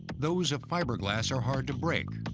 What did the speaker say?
those of fiberglass are hard to break,